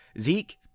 Zeke